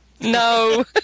No